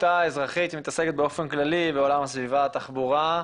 עמותה אזרחית שמתעסקת באופן כללי בעולם הסביבה והתחבורה.